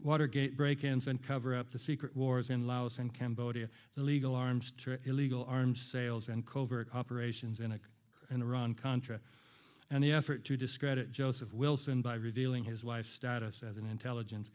watergate break ins and cover up the secret wars in laos and cambodia the legal arms to illegal arms sales and covert operations in iraq and iran contra and the effort to discredit joseph wilson by revealing his wife's status as an intelligence